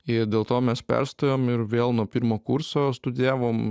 ir dėl to mes perstojom ir vėl nuo pirmo kurso studijavom